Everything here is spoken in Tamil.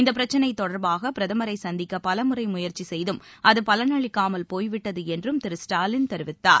இந்த பிரச்னை தொடர்பாக பிரதமரை சந்திக்க பலமுறை முயற்சி செய்தும் அது பலனில்லாமல் போய்விட்டது என்றும் திரு ஸ்டாலின் கூறினார்